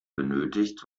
benötigt